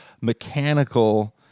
mechanical